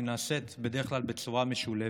הן נעשות בדרך כלל בצורה משולבת,